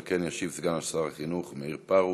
על כן ישיב סגן שר החינוך מאיר פרוש.